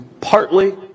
partly